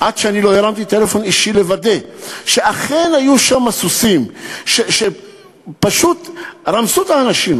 עד שלא הרמתי טלפון אישי לוודא שאכן היו שם סוסים שפשוט רמסו את האנשים.